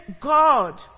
God